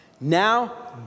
Now